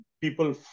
people